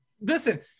Listen